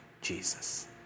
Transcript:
Jesus